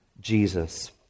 Jesus